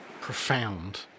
profound